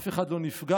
אף אחד לא נפגע,